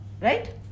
Right